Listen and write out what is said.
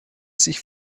sich